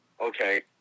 okay